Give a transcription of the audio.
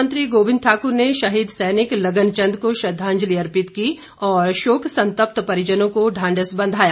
one मंत्री गोविंद ठाकुर ने शहीद सैनिक लगन चंद को श्रद्वांजलि अर्पित की और शोक संतप्त परिजनों को ढांढस बंधाया